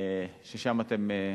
שלשם אתם,